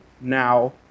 now